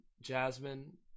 Jasmine